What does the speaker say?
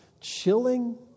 chilling